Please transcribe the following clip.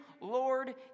Lord